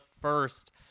first